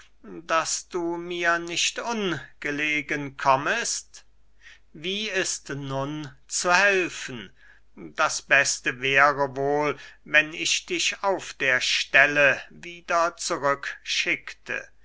daß du mir nicht ungelegen kommest wie ist nun zu helfen das beste wäre wohl wenn ich dich auf der stelle wieder zurück